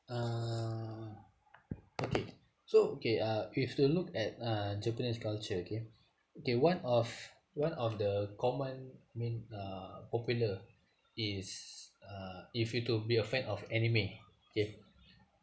uh okay so okay uh if you were to look at uh japanese culture okay okay one of one of the common I mean uh popular is uh if you were to be a fan of anime okay